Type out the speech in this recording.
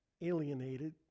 alienated